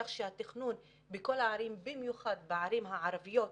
כך שהתכנון בכל הערים במיוחד בערים הערביות,